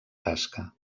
tasca